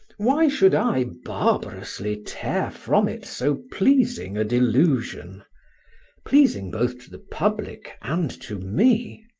why should i barbarously tear from it so pleasing a delusion pleasing both to the public and to me?